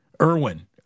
Irwin